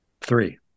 Three